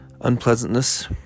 unpleasantness